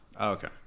okay